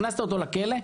הכנסת אותו לכלא,